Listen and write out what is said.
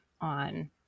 on